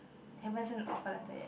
haven send offer letter yet